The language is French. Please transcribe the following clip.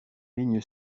ligne